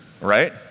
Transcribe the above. right